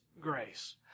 grace